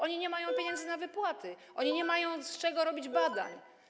Oni nie mają pieniędzy na wypłaty, oni nie mają z czego robić badań.